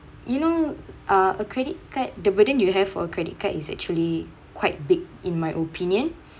you know uh a credit card the burden you have a credit card is actually quite big in my opinion